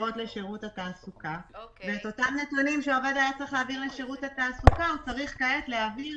שירות התעסוקה יכול להציג את זה עכשיו,